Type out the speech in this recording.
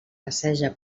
passeja